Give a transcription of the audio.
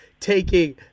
taking